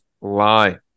lie